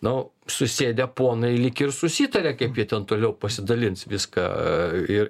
nu susėdę ponai lyg ir susitarė kaip jie ten toliau pasidalins viską ir